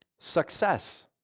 Success